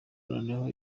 noneho